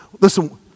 Listen